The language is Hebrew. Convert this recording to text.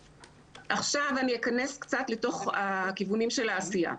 עכשיו אני אכנס קצת לתוך הכיוונים של העשייה.